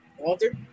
Walter